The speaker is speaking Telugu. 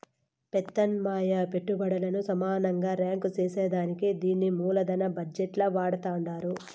పెత్యామ్నాయ పెట్టుబల్లను సమానంగా రాంక్ సేసేదానికే దీన్ని మూలదన బజెట్ ల వాడతండారు